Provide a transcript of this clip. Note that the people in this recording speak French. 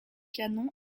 canon